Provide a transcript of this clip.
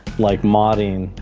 like motting,